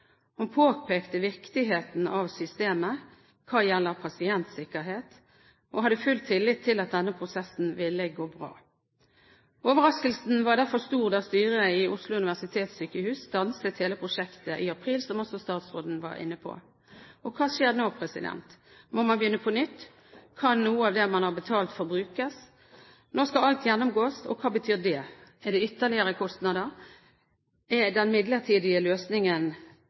Hun påpekte viktigheten av systemet hva gjelder pasientsikkerhet, og hadde full tillit til at denne prosessen ville gå bra. Overraskelsen var derfor stor da styret ved Oslo universitetssykehus stanset hele prosjektet i april, som også statsråden var inne på. Hva skjer nå? Må man begynne på nytt? Kan noe av det man har betalt for, brukes? Nå skal alt gjennomgås. Hva betyr det? Er det ytterligere kostnader? Er den midlertidige løsningen